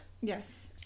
Yes